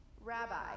Rabbi